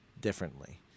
differently